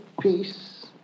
peace